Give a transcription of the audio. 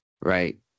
right